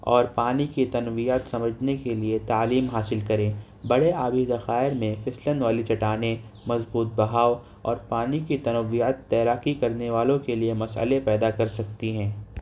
اور پانی کی تنویات سمجھنے کے لیے تعلیم حاصل کریں بڑے آبی ذخائر میں پھسلن والی چٹانیں مضبوط بہاؤ اور پانی کی طرف ویعت تیراکی کرنے والوں کے لیے مسئلے پیدا کر سکتی ہیں